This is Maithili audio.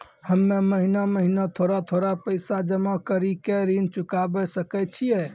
हम्मे महीना महीना थोड़ा थोड़ा पैसा जमा कड़ी के ऋण चुकाबै सकय छियै?